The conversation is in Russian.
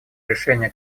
решение